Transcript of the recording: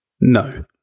no